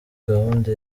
gahunda